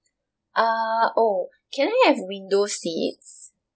uh oh can I have the window seats